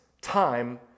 time